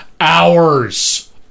hours